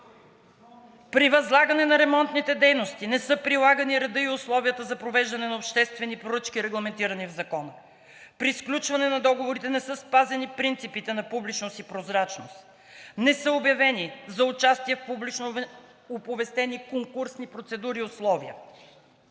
При възлагане на ремонтните дейности не са прилагани редът и условията за провеждане на обществени поръчки, регламентирани в Закона. При сключването на договорите не са спазени принципите на публичност и прозрачност, не са обявени за участие в публично оповестени конкурсни процедури условия.